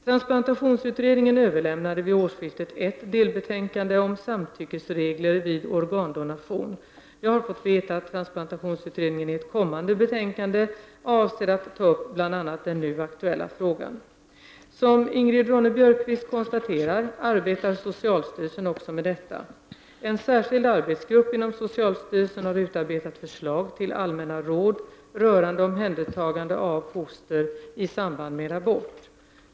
Transplantationsutredningen överlämnade vid årsskiftet ett delbetänkande om samtyckesregler vid organdonation. Jag har fått veta att transplantationsutredningen i ett kommande betänkande avser att ta upp bl.a. den nu aktuella frågan. Som Ingrid Ronne-Björkqvist konstaterar arbetar socialstyrelsen också med detta. En särskild arbetsgrupp inom socialstyrelsen har utarbetat förslag till allmänna råd rörande omhändertagande av foster i samband med abort.